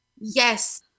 Yes